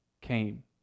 came